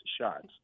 shots